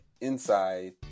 inside